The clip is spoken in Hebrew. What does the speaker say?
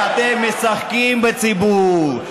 כי אתם משחקים בציבור.